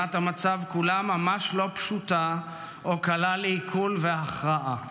תמונת המצב כולה ממש לא פשוטה או קלה לעיכול והכרעה.